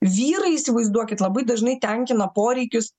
vyrai įsivaizduokit labai dažnai tenkina poreikius